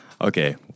Okay